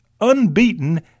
unbeaten